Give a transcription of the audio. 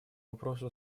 вопросу